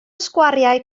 sgwariau